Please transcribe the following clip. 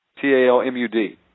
T-A-L-M-U-D